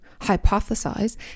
hypothesize